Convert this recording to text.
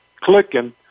clicking